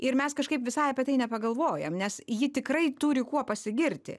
ir mes kažkaip visai apie tai nepagalvojam nes ji tikrai turi kuo pasigirti